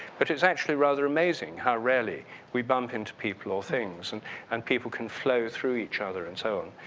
but it's actually rather amazing how rarely we bump into people or things and and people can flow through each other and so on.